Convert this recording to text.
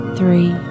three